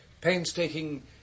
painstaking